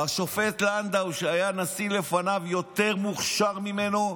השופט לנדוי, שהיה נשיא לפניו, יותר מוכשר ממנו,